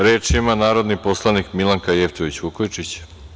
Reč ima narodni poslanik Milanka Jevtović Vukojičić.